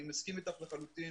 ואני מסכים אתך לחלוטין